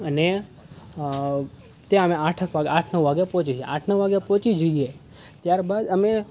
અને ત્યાં અમે આઠ એક વાગે આઠ નવ વાગે પહોંચી જાય આઠ નવ વાગે પહોંચી જઈએ ત્યાર બાદ અમે